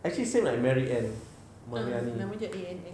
actually same like mary ann mariani